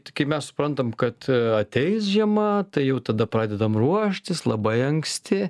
kai mes suprantam kad ateis žiema tai jau tada pradedam ruoštis labai anksti